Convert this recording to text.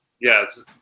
yes